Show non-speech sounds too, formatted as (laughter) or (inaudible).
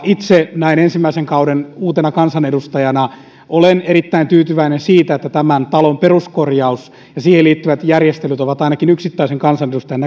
itse näin ensimmäisen kauden uutena kansanedustajana olen erittäin tyytyväinen siitä että tämän talon peruskorjaus ja siihen liittyvät järjestelyt ovat ainakin yksittäisen kansanedustajan (unintelligible)